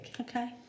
Okay